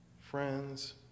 friends